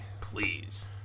Please